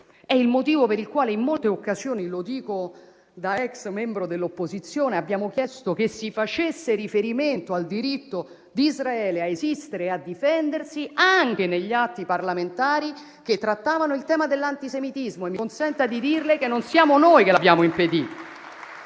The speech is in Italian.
È il motivo per il quale in molte occasioni - lo dico da ex membro dell'opposizione - abbiamo chiesto che si facesse riferimento al diritto di Israele a esistere e a difendersi anche negli atti parlamentari che trattavano il tema dell'antisemitismo. E mi consenta di dirle che non siamo noi che l'abbiamo impedito,